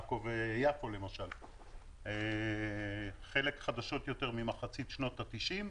עכו ויפו למשל, חלק חדשות יותר, ממחצית שנות ה-90.